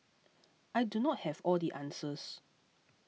I do not have all the answers